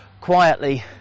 quietly